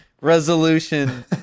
resolution